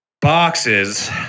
boxes